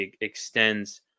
extends